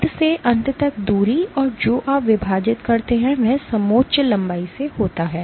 अंत से अंत तक दूरी और जो आप विभाजित करते हैं वह समोच्च लंबाई से होता है